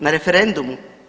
Na referendumu?